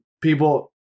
people